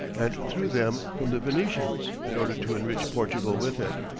and through them from the venetians, in order to enrich portugal with it.